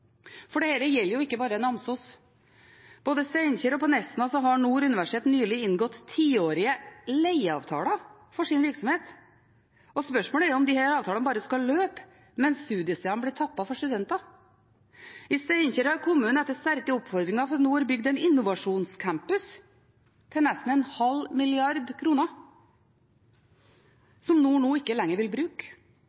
gjelder ikke bare Namsos. Både i Steinkjer og på Nesna har Nord universitet nylig inngått tiårige leieavtaler for sin virksomhet. Spørsmålet er om disse avtalene bare skal løpe mens studiestedene blir tappet for studenter. I Steinkjer har kommunen etter sterke oppfordringer fra Nord bygd en innovasjonscampus til nesten en halv milliard kroner,